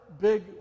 big